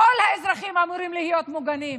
כל האזרחים אמורים להיות מוגנים,